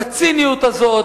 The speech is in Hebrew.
בציניות הזאת,